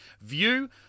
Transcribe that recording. view